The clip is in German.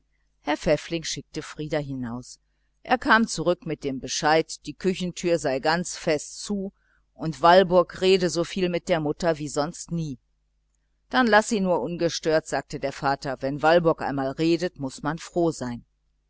herr pfäffling schickte frieder hinaus er kam zurück mit dem bescheid die küchentüre sei ganz fest zu und walburg rede so viel mit der mutter wie sonst nie dann laßt sie nur ungestört sagte der vater wenn walburg einmal redet muß man froh sein